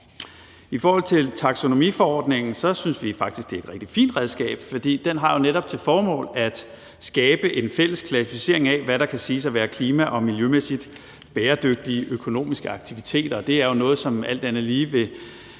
I forhold til taksonomiforordningen synes vi faktisk, det er et rigtig fint redskab, for den har jo netop til formål at skabe en fælles klassificering af, hvad der kan siges at være klima- og miljømæssigt bæredygtige økonomiske aktiviteter, og det er jo noget, som alt andet lige vil